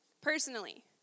personally